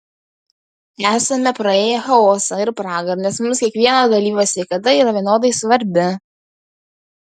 esame praėję chaosą ir pragarą nes mums kiekvieno dalyvio sveikata yra vienodai svarbi